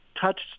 touched